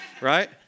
right